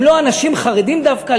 הם לא אנשים חרדים דווקא,